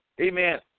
amen